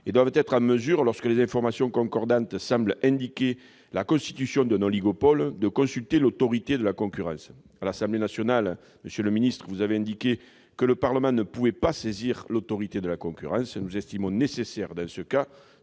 et doivent être en mesure, lorsque des informations concordantes semblent indiquer la constitution d'un oligopole, de consulter l'Autorité de la concurrence. À l'Assemblée nationale, vous avez indiqué, monsieur le ministre, que le Parlement ne pouvait pas saisir l'Autorité de la concurrence. Nous estimons nécessaire, dans ce cas,